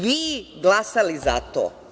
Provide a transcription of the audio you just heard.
Vi ste glasali za to.